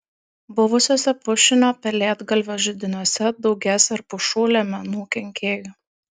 buvusiuose pušinio pelėdgalvio židiniuose daugės ir pušų liemenų kenkėjų